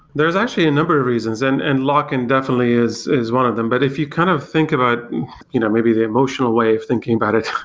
there're actually a number of reasons, and and lock-in definitely is is one of them. but if you kind of think about you know maybe the emotional way of thinking about it,